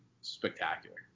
spectacular